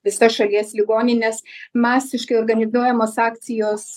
visas šalies ligonines masiškai organizuojamos akcijos